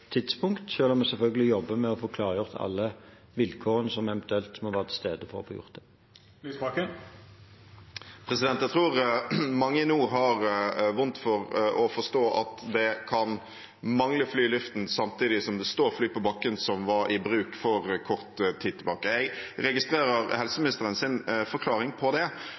tidspunkt, selv om vi selvfølgelig jobber med å få klargjort alle vilkårene som eventuelt må være til stede for å få gjort det. Jeg tror mange nå har vondt for å forstå at det kan mangle fly i luften samtidig som det står fly på bakken som var i bruk for kort tid tilbake. Jeg registrerer helseministerens forklaring på det,